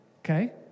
okay